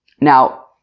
now